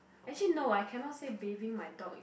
actually no I cannot say bathing my dog is